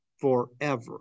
forever